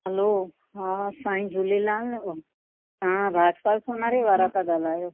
hello हा साईं झूलेलाल तव्हां राजपाल सोनारे वारा था ॻाल्हायो